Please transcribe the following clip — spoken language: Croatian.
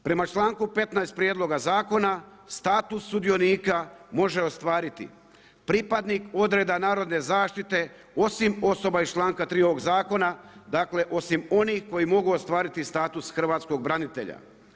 Prema čl.15. prijedloga zakona status sudionika može ostvariti pripadnik odreda narodne zaštite, osim osoba iz čl.3. ovog zakona, dakle, osim onih koji mogu ostaviti status hrvatskog branitelja.